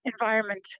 environment